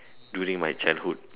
during my childhood